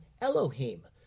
Elohim